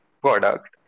product